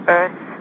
Earth